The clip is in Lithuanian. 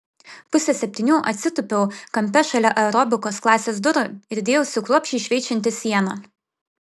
pusę septynių atsitūpiau kampe šalia aerobikos klasės durų ir dėjausi kruopščiai šveičianti sieną